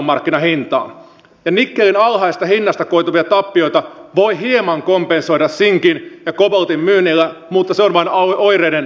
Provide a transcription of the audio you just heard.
nikkelin alhaisesta hinnasta koituvia tappioita voi hieman kompensoida sinkin ja koboltin myynnillä mutta se on vain oireiden hoitamista